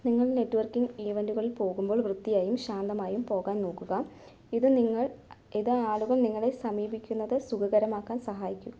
നിങ്ങൾ നെറ്റ്വർക്കിങ് ഈവന്റുകളിൽ പോകുമ്പോൾ വൃത്തിയായും ശാന്തമായും പോകാൻ നോക്കുക ഇത് നിങ്ങൾ ആളുകൾ നിങ്ങളെ സമീപിക്കുന്നത് സുഖകരമാക്കാൻ സഹായിക്കും